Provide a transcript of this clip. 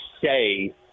say